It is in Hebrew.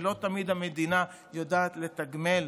ולא תמיד המדינה יודעת לתגמל